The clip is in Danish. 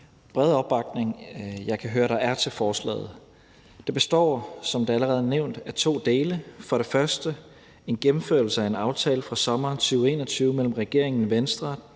høre der er til forslaget. Det består som allerede nævnt af to dele. Den første del omhandler en gennemførelse af en aftale fra sommeren 2021 mellem regeringen, Venstre,